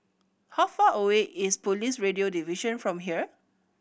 how far away is Police Radio Division from here